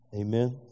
Amen